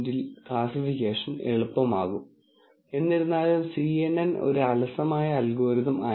അതിനാൽ binary classification problem യഥാർത്ഥ ജീവിതത്തിൽ എങ്ങനെ ഉപയോഗപ്രദമാണ് എന്നതിന്റെ ഒരു ഉദാഹരണമാണിത്